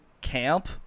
camp